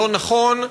לא נכון.